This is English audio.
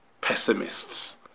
Pessimists